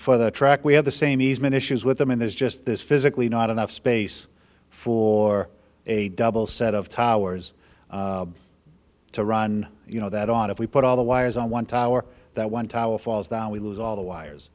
for the track we have the same easement issues with them and there's just this physically not enough space for a double set of towers to run you know that on if we put all the wires on one tower that one tower falls down we lose all the wires